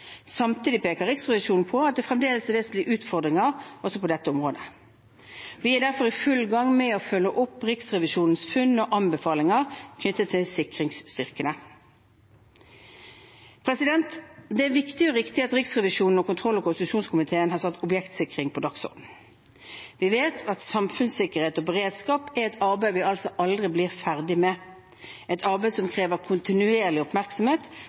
Samtidig peker Riksrevisjonen på at det fremdeles er vesentlige utfordringer også på dette området. Vi er derfor i full gang med å følge opp Riksrevisjonens funn og anbefalinger knyttet til sikringsstyrkene. Det er viktig og riktig at Riksrevisjonen og kontroll- og konstitusjonskomiteen har satt objektsikring på dagsordenen. Vi vet at samfunnssikkerhet og beredskap er et arbeid vi aldri blir ferdige med, et arbeid som krever kontinuerlig oppmerksomhet